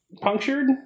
punctured